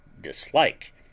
dislike